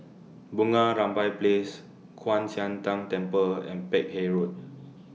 Bunga Rampai Place Kwan Siang Tng Temple and Peck Hay Road